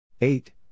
Eight